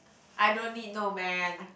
I don't need no man